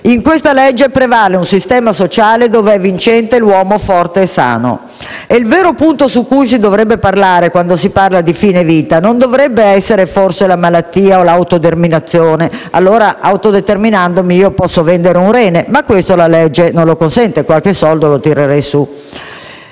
In questa legge prevale un sistema sociale dove è vincente l'uomo forte e sano. Il vero punto su cui si dovrebbe parlare quando si tratta di fine vita dovrebbe essere la malattia o l'autodeterminazione? Autodeterminandomi, allora, posso vendere un rene - ma questo la legge non lo consente - e qualche soldo lo tirerei su.